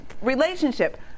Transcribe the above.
relationship